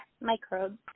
microbes